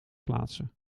plaatsen